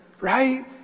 right